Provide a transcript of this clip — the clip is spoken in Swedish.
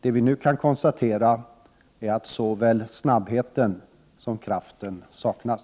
Vi kan nu konstatera att såväl snabbheten som kraftfullheten saknas.